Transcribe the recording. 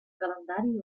calendari